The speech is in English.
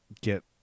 get